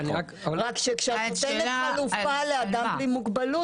כשאת נותנת חלופה לאדם בלי מוגבלות